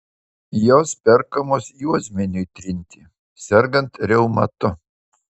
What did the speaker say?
jos perkamos juosmeniui trinti sergant reumatu